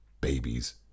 babies